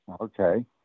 Okay